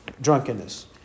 drunkenness